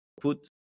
put